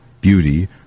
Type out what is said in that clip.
beauty